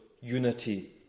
unity